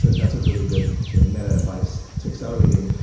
that's a really good sort of meta advice to accelerating.